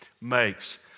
makes